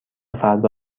فردا